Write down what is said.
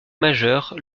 majeure